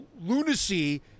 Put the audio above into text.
lunacy